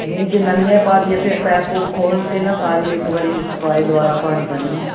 ਨਹੀਂ ਜੇ ਨਵੀਆਂ ਪਾ ਦੀਏ ਫਿਰ ਪੈਪ ਪੂਪ ਖੋਲ੍ਹ ਕੇ ਨਾ ਸਾਰੀ ਇੱਕ ਵਾਰੀ ਸਪਾਈ ਦੁਬਾਰਾ ਪਾਉਣੀ ਪੈਣੀ ਨਾ